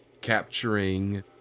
capturing